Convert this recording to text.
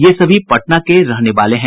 ये सभी पटना के रहने वाले हैं